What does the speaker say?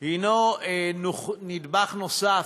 הוא נדבך נוסף,